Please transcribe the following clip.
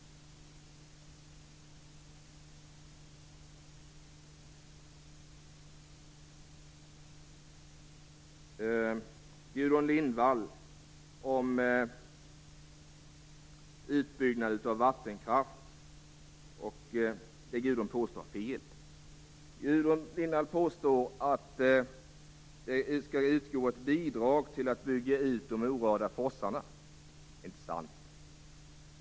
Gudrun Lindvall talade om utbyggnad av vattenkraft. Det hon påstår är fel. Gudrun Lindvall påstår att det skall utgå ett bidrag till att bygga ut de orörda forsarna. Det är inte sant.